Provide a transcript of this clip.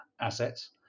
assets